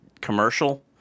commercial